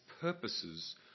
purposes